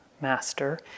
master